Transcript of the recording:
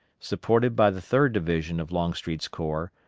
supported by the third division of longstreet's corps,